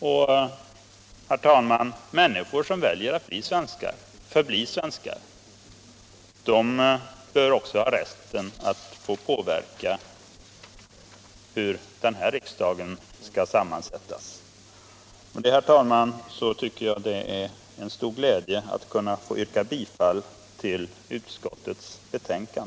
Människor som 169 väljer att bli svenskar och förbli svenskar bör också ha rätten att påverka den svenska riksdagens sammansättning. Det är med stor glädje, herr talman, som jag yrkar bifall till utskottets hemställan.